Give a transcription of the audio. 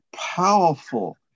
powerful